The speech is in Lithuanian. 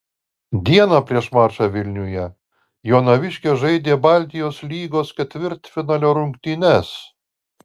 dieną prieš mačą vilniuje jonaviškės žaidė baltijos lygos ketvirtfinalio rungtynes